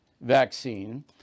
vaccine